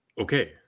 Okay